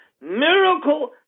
Miracle